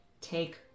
take